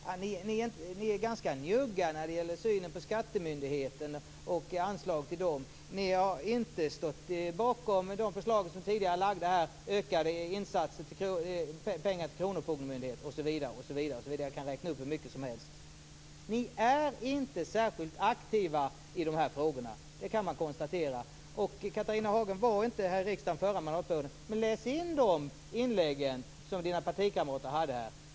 Men ni är ganska njugga när det gäller synen på skattemyndigheten och anslagen till den. Ni har inte stått bakom de tidigare framlagda förslagen om mer pengar till kronofogdemyndigheten osv. Jag kan räkna upp hur mycket som helst. Ni är inte särskilt aktiva i de här frågorna; det kan man konstatera. Catharina Hagen satt inte i riksdagen förra mandatperioden, men hon kan läsa de inlägg som hennes partikamrater då gjorde.